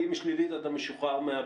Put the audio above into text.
ואם היא שלילית אז אתה משוחרר מהבידוד.